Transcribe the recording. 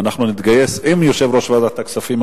ואנחנו נתגייס עם יושב-ראש ועדת הכספים,